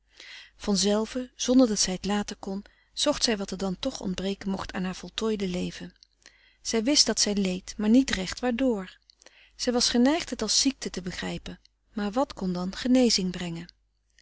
van zelve zonder dat zij t laten kon zocht zij wat er dan toch ontbreken mocht aan haar voltooide leven zij wist dat zij leed maar niet recht waardoor zij was geneigd het als ziekte te begrijpen maar wat kon dan genezing brengen